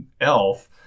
elf